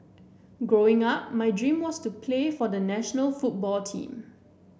Growing Up my dream was to play for the national football team